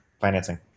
financing